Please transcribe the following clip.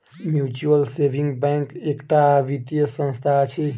mutual saving bank एकटा वित्तीय संस्था अछि